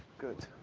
good.